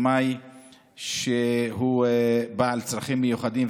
שהוא היה בעל צרכים מיוחדים,